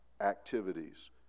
activities